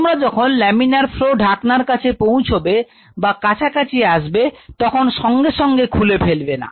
তোমরা যখন laminar flow ঢাকনার কাছে পৌঁছাবে বা কাছাকাছি আসবে তখন সঙ্গে সঙ্গে খুলে ফেলবে না